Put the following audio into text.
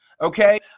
okay